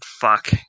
fuck